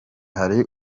hari